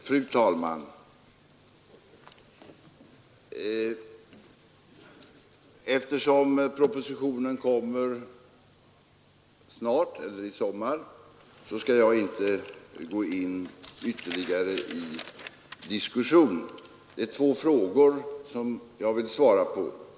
Fru talman! Eftersom propositionen kommer i sommar skall jag inte gå in i ytterligare diskussion, men jag vill svara på två frågor.